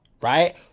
right